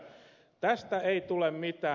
tästä ei tule mitään